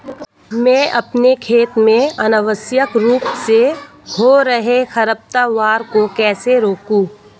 मैं अपने खेत में अनावश्यक रूप से हो रहे खरपतवार को कैसे रोकूं?